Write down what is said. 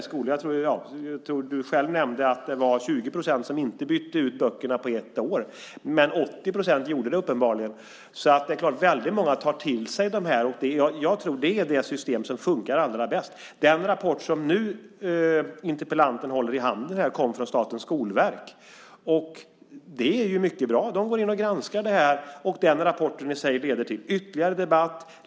Ulf Holm nämnde själv att det var 20 % som inte bytte ut böckerna inom ett år medan 80 % uppenbarligen gjorde det. Väldigt många tar till sig detta, och jag tror att systemet fungerar bra. Den rapport som interpellanten nu håller i handen kom från Skolverket. Det är bra att man på verket har granskat detta, och rapporten leder i sin tur till ytterligare debatt.